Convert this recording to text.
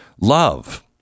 love